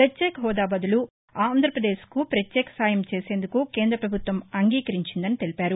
ప్రశ్యేక హెూదా బదులు ఆంధ్రపదేశ్కు ప్రత్యేక సాయం చేసేందుకు కేంద్రపభుత్వం అంగీకరించిందని తెలిపారు